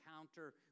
encounter